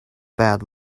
bad